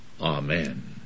Amen